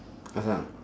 what sound